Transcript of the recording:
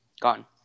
gone